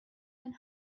and